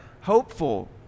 hopeful